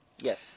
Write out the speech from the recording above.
Yes